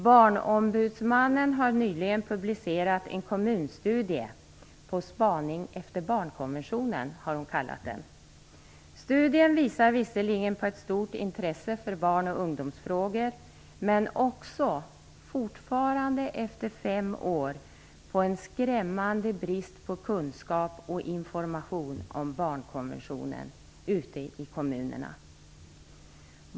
Barnombudsmannen har nyligen publicerat en kommunstudie. På spaning efter Barnkonventionen har hon kallat den. Studien visar visserligen på ett stort intresse för barn och ungdomsfrågor men också, fortfarande efter fem år, på en skrämmande brist på kunskap och information om barnkonventionen ute i kommunerna.